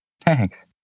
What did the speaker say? thanks